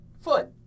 foot